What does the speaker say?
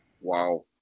Wow